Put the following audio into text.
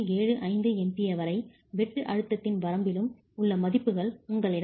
75 MPa வரை வெட்டு அழுத்தத்தின் வரம்பிலும் உள்ள மதிப்புகள் உங்களிடம் உள்ளன